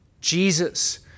Jesus